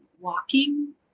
walking